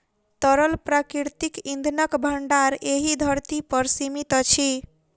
तरल प्राकृतिक इंधनक भंडार एहि धरती पर सीमित अछि